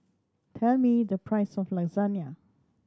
tell me the price of Lasagna